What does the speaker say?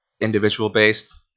individual-based